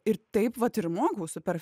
ir taip vat ir mokausi per